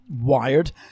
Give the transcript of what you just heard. wired